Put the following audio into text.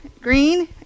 green